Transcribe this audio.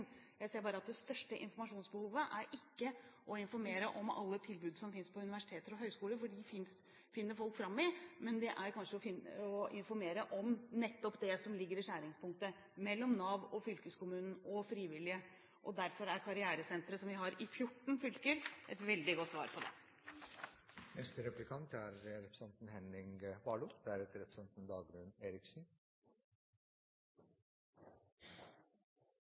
jeg ser at det største informasjonsbehovet ikke går på å informere om alle tilbud som finnes på universiteter og høyskoler, for dem finner folk fram i, men det går på å informere om nettopp det som ligger i skjæringspunktet mellom Nav, fylkeskommunen og frivillige. Derfor er karrieresentre, som vi har i 14 fylker, et veldig godt svar på det. Dette med forholdet mellom realkompetanse og formalkompetanse er